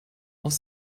aus